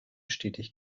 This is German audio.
stetig